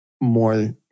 more